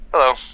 Hello